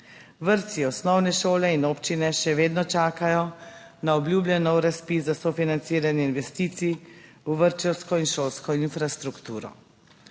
(nadaljevanje) šole in občine še vedno čakajo na obljubljen nov razpis za sofinanciranje investicij v vrtčevsko in šolsko infrastrukturo.